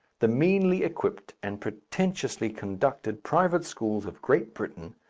the meanly equipped and pretentiously conducted private schools of great britain,